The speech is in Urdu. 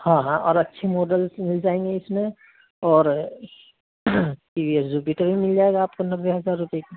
ہاں ہاں اور اچھے ماڈلس مل جائیں گے اس میں اور یہ زوپیٹر بھی مل جائے گا آپ کو نوے ہزار روپے کی